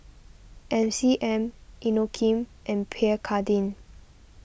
M C M Inokim and Pierre Cardin